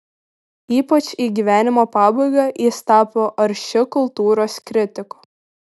ypač į gyvenimo pabaigą jis tapo aršiu kultūros kritiku